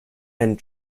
and